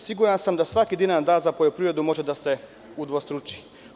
Siguran sam da svaki dinar dat za poljoprivredu može da se udvostruči.